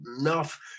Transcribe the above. enough